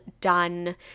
done